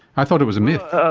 i thought it was a myth.